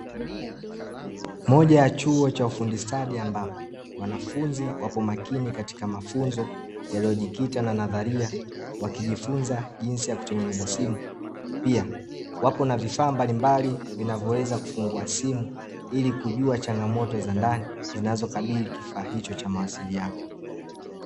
Moja ya chuo cha ufundi stadi, ambapo, wanafunzi wapo makini katika mafunzo yaliyojikita na nadharia, wakijifunza jinsi ya kutengeneza simu. Pia wapo na vifaa mbalimbali vinavyoweza kufungua simu, ili kujua changamoto za ndani zinazokabili kifaa hicho cha mawasiliano.